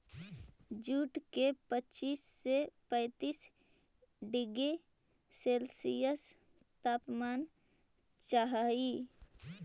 jute के पच्चीस से पैंतीस डिग्री सेल्सियस तापमान चाहहई